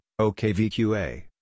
OKVQA